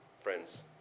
friends